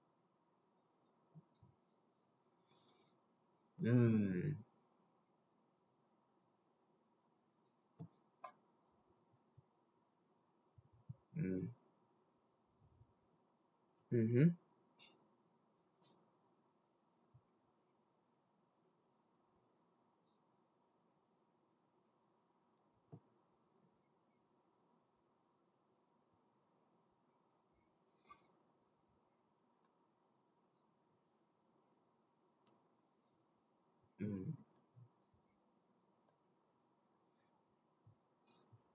mm mm mmhmm mm